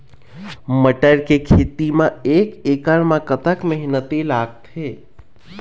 मटर के खेती म एक एकड़ म कतक मेहनती लागथे?